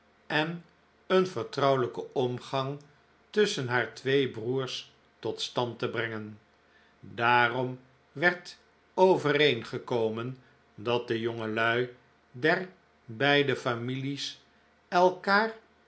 en een vertrouwelijken omgang tusschen haar twee broers tot stand te brengen daarom werd overeengekomen dat de jongelui der beide families elkaar